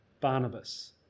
Barnabas